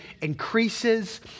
increases